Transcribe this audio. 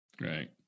Right